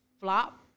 flop